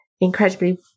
incredibly